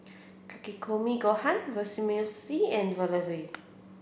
Takikomi Gohan Vermicelli and Valafel